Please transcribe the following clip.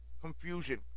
Confusion